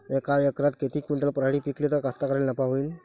यका एकरात किती क्विंटल पराटी पिकली त कास्तकाराइले नफा होईन?